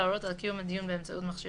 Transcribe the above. להורות על קיום הדיון באמצעות מכשיר